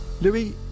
Louis